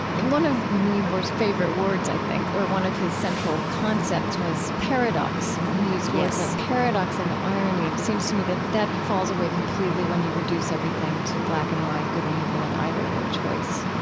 and one of niebuhr's favorite words, i think, or one of his central concepts was paradox yes and he used words like paradox and irony. and it seems to me that that falls away completely when you reduce everything to black and white, good and evil, an either or choice.